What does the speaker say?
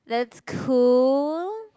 that's cool